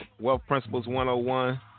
wealthprinciples101